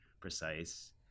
precise